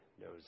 knows